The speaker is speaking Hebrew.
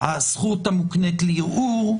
הזכות המוקנית לערעור,